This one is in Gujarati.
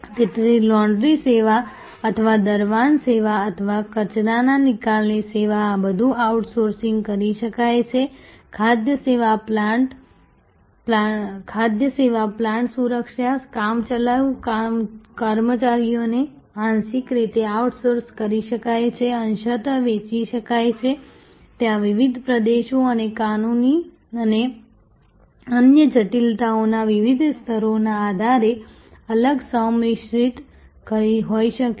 તેથી લોન્ડ્રી સેવા અથવા દરવાન સેવા અથવા કચરાના નિકાલની સેવા આ બધું આઉટસોર્સ કરી શકાય છે ખાદ્ય સેવા પ્લાન્ટ સુરક્ષા કામચલાઉ કર્મચારીઓને આંશિક રીતે આઉટસોર્સ કરી શકાય છે અંશતઃ વહેંચી શકાય છે ત્યાં વિવિધ પ્રદેશો અને કાનૂની અને અન્ય જટિલતાઓના વિવિધ સ્તરોના આધારે અલગ સંમિશ્રણ હોઈ શકે છે